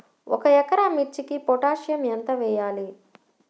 ఒక ఎకరా మిర్చీకి పొటాషియం ఎంత వెయ్యాలి?